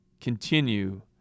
continue